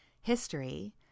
history